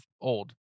old